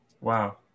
Wow